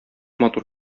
матур